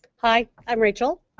hi. i'm rachel.